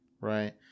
right